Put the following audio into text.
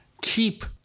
keep